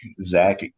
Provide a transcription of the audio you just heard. zach